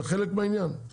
זה חלק מהעניין.